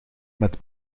met